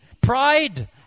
pride